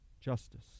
justice